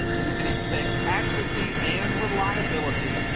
you can expect accuracy and reliability.